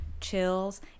chills